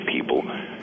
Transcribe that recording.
people